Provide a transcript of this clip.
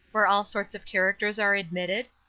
where all sorts of characters are admitted,